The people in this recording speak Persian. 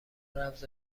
رمز